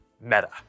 Meta